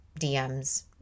dms